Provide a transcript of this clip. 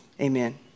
Amen